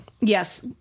Yes